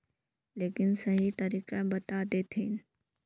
लेकिन सही तरीका बता देतहिन?